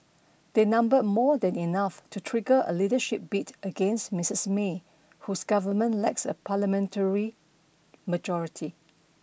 they number more than enough to trigger a leadership bid against Mistress May whose government lacks a parliamentary majority